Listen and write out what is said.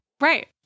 Right